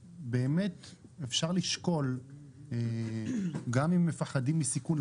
אפשר לשקול גם אם מפחדים מסיכון,